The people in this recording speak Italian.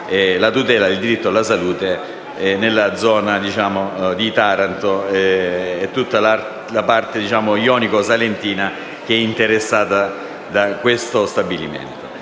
la tutela del diritto alla salute nella zona di Taranto e in tutta la parte ionico-salentina interessata da questo stabilimento.